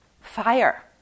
Fire